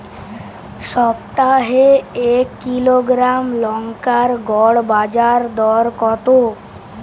সপ্তাহে এক কিলোগ্রাম লঙ্কার গড় বাজার দর কতো?